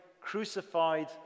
crucified